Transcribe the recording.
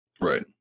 Right